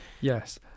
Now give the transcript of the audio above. Yes